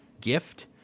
gift